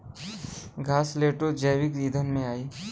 घासलेटो जैविक ईंधन में आई